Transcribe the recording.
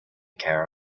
care